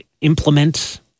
implement